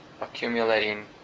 accumulating